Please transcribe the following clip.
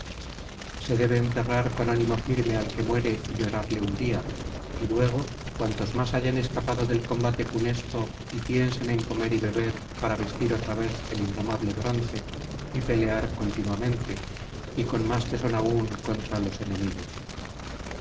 se debe enterrar con ánimo firme al que muere y llorarle un día y luego cuantos hayan escapado del combate funesto piensen en comer y beber para vestir otra vez el indomable bronce y pelear continuamente y con más tesón aún contra los enemigos